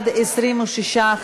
ההצעה להעביר את הנושא לוועדת החוקה,